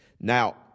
Now